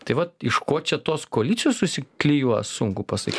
tai va iš ko čia tos koalicijos susiklijuos sunku pasakyt